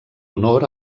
honor